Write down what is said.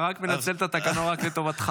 אתה רק מנצל את התקנון לטובתך.